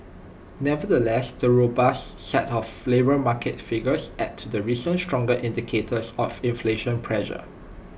nevertheless the robust set of labour market figures adds to recent stronger indicators of inflation pressure